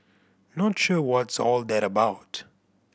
not sure what's all that about